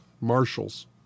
marshals